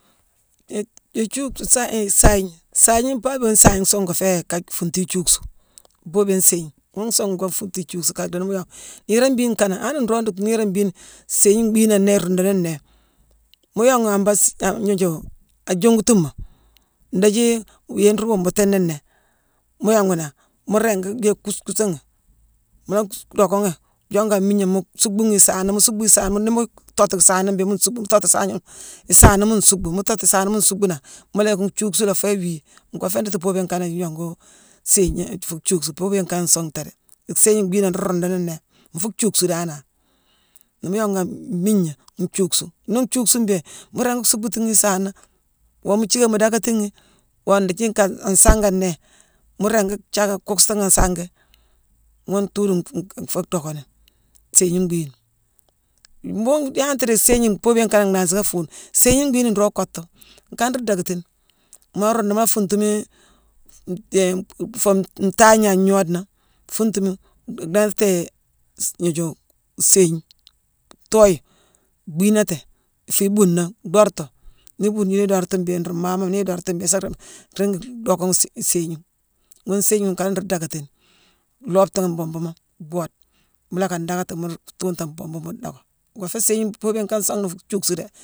I-i-ijuuksu-saa-i-saayigna, saayigna baabiyone song ngoo féé ka fuungtu ijuucksu: baabiyone saayigna ghune song ngoo fuuntu ijuucksu ka dhi nii yongu niirane mbiine kaanangh, han nroog nruu niirane mbiine saayigne mbiine mbhiinangh nnéé iruunduni nnéé. Mu yongu ghi an baasi-an-gnooju-a jongutuma, ndiithi yééye nruu wumbutuni nnéé, mu yongu ghi nangh, mu ringi dhééye kuuskuusa ghi, mu la docka ghi jongu an mmiigna mu suukcbu ghi isaana-mu suuckbu isaana nii mu thootu saana mbéé, mu nsuuckbu, mu thootu saana-isaana mu suuckbu nangh, mu yicck njuuksu la foo iwii. Ngoo féé ndiiti boobiyone kani iyongu sééyigna-ifu-juucksu. Boobiyone kane nsuungh nthéé déé. Ya sééyigne mbiine nangh nruu ruunduni nnéé, nfuu juucksu danane. Mu yongu ghi an mmiigna, njuuksu. Nii njuucksu mbéé, mu ringi suukbutu ghi isaana, woo mu jiické mu dakati ghi, woo ndiithi nkane an sanga nnéé, mu ringi jaaga, kuucksu ghi sangi. Ghune tuudu nfu-nfu-nfu dhockani, sééyigna mbhiine. Mbhuughune yantere yaa sééyigne, boobiyone kaanangh nnhansi ka fuune, sééyigne mbhiine nroog kottu nkana nruu dackatine. Maa la ruundu ghi, mu la fuuntumii-n-hi-fuu-ntaangna an gnoodena, fuuntumi, dhiinghtatii-si-gnooju sééyigna, thoyi, bhiinati, fii ibuunna dhoortu. Nii ibuune yune idoortu mbéé, nruu maamooma nii idoortu mbéé, isa-réé-réémini docka ghi-séé-sééyigna. Ghune sééyi ghune nkaala nruu dackatine; loobeti ghii mbhuubuma, bhoode. Mu lacka ndackatima mu thuuntame mbuubu mune docka. Ngoo féé boobiyone kane suungh na nfuu juucksu déé.